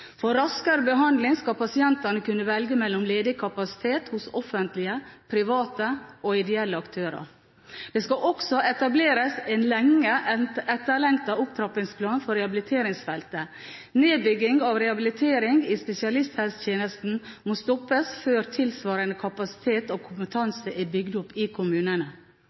For raskere behandling skal pasientene kunne velge mellom ledig kapasitet hos offentlige, private og ideelle aktører. Det skal også etableres en lenge etterlengtet opptrappingsplan for rehabiliteringsfeltet. Nedbyggingen av rehabilitering i spesialisthelsetjenesten må stoppes før tilsvarende kapasitet og kompetanse er bygd opp i kommunene.